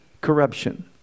corruption